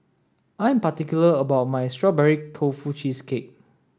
I am particular about my strawberry tofu cheesecake